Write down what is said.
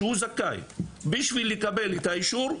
בשביל לקבל את האישור,